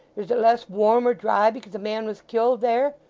is it less warm or dry, because a man was killed there?